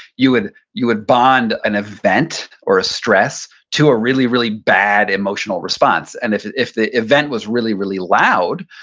you would you would bond an event or a stress to a really, really bad emotional response. and if if the event was really, really loud,